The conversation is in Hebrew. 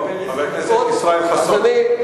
חבר הכנסת ישראל חסון,